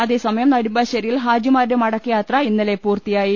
അതേസമയം നെടുമ്പാശ്ശേരിയിൽ ഹാജിമാരുടെ മടക്കയാത്ര ഇന്നലെ പൂർത്തിയായി